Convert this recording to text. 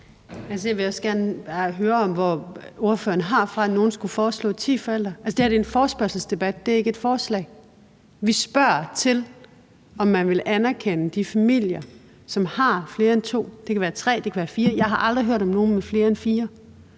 Jeg vil også gerne bare høre, hvor ordføreren har det fra, at nogle skulle foreslå ti forældre. Altså, det her er en forespørgselsdebat; det er ikke et forslag. Vi spørger til, om man vil anerkende de familier, hvor der er flere end to forældre – det kan være tre, og det kan være fire, men jeg har aldrig hørt om nogen med flere end fire.